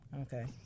Okay